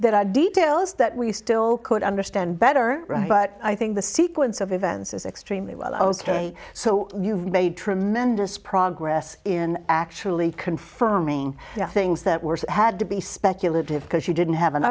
that are details that we still could understand better but i think the sequence of events is extremely well so you've made tremendous progress in actually confirming things that were had to be speculative because you didn't have an